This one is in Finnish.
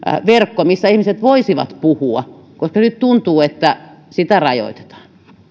verkko missä ihmiset voisivat puhua koska nyt tuntuu että sitä rajoitetaan